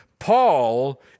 Paul